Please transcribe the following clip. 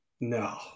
No